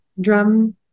drum